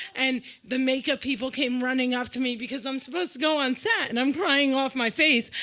and the makeup people came running up to me, because i'm supposed to go on set, and i'm crying off my face.